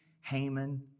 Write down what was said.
Haman